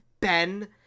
Ben